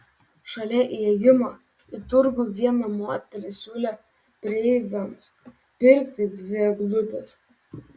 šalia įėjimo į turgų viena moteris siūlė praeiviams pirkti dvi eglutes